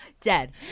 dead